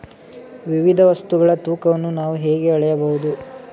ವಿವಿಧ ವಸ್ತುಗಳ ತೂಕವನ್ನು ನಾವು ಹೇಗೆ ಅಳೆಯಬಹುದು?